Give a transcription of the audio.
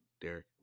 derek